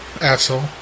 asshole